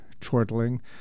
chortling